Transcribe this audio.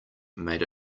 made